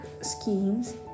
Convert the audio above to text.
schemes